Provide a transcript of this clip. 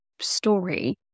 story